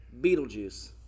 Beetlejuice